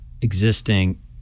existing